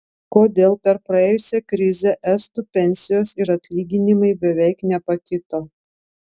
kodėl per praėjusią krizę estų pensijos ir atlyginimai beveik nepakito